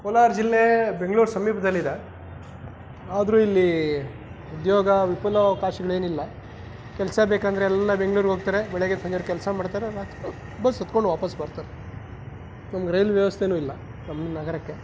ಕೋಲಾರ ಜಿಲ್ಲೆ ಬೆಂಗ್ಳೂರು ಸಮೀಪದಲ್ಲಿದೆ ಆದರೂ ಇಲ್ಲಿ ಉದ್ಯೋಗ ವಿಫುಲ ಅವಕಾಶಗ್ಳೇನಿಲ್ಲ ಕೆಲಸ ಬೇಕಂದ್ರೆ ಎಲ್ಲ ಬೆಂಗ್ಳೂರ್ಗೆ ಹೋಗ್ತಾರೆ ಬೆಳಿಗ್ಗೆಯಿಂದ ಸಂಜೆವರ್ಗೆ ಕೆಲಸ ಮಾಡ್ತಾರೆ ರಾತ್ರಿ ಬಸ್ ಹತ್ಕೊಂಡು ವಾಪಸ್ ಬರ್ತಾರೆ ಒಂದು ರೈಲ್ ವ್ಯವಸ್ಥೆನೂ ಇಲ್ಲ ನಮ್ಮ ನಗರಕ್ಕೆ